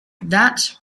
that